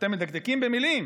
ואתם מדקדקים במילים,